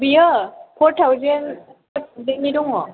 बियो फ'र थावजेननि दङ